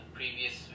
previous